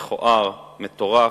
מכוער, מטורף,